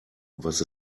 was